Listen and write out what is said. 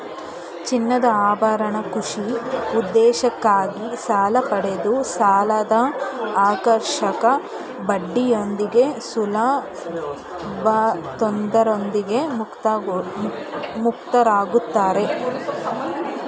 ಚಿನ್ನದಆಭರಣ ಕೃಷಿ ಉದ್ದೇಶಕ್ಕಾಗಿ ಸಾಲಪಡೆದು ಸಾಲದಆಕರ್ಷಕ ಬಡ್ಡಿಯೊಂದಿಗೆ ಸುಲಭತೊಂದರೆಯೊಂದಿಗೆ ಮುಕ್ತರಾಗುತ್ತಾರೆ